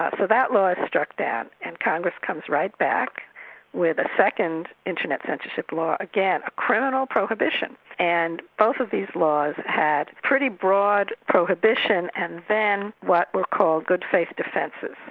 ah that law is struck down, and congress comes right back with a second internet censorship law, again, a criminal prohibition, and both of these laws had pretty broad prohibition and then what were called good faith defences.